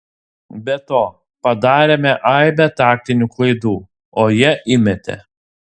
be to padarėme aibę taktinių klaidų o jie įmetė